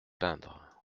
peindre